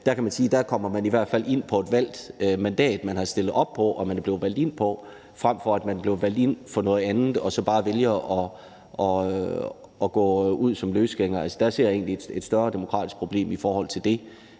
kan man sige, kommer man i hvert fald ind på et valgt mandat, man er stillet op på og er blevet valgt ind på, frem for at man er blevet valgt ind for noget andet og så bare vælger at gå ud som løsgænger. Her ser jeg egentlig et større demokratisk problem, når vi taler